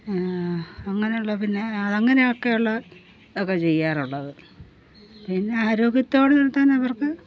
അങ്ങനെയുള്ള പിന്നെ അങ്ങനെയൊക്കെയുള്ളത് ഒക്കെ ചെയ്യാറുള്ളത് പിന്നെ ആരോഗ്യത്തോടെ നിർത്താൻ അവർക്ക്